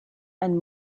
and